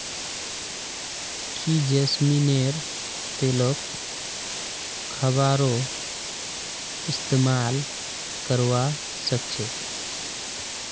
की जैस्मिनेर तेलक खाबारो इस्तमाल करवा सख छ